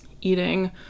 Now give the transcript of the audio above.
eating